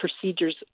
procedures